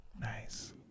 Nice